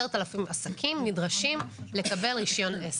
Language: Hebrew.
עסקים נדרשים לקבל רישיון עסק.